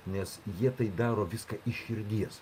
nes jie tai daro viską iš širdies